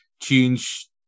change